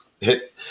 hit